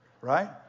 right